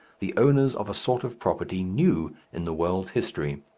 the owners of a sort of property new in the world's history.